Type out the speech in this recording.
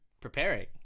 preparing